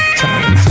time